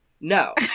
No